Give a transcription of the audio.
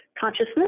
consciousness